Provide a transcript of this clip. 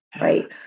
Right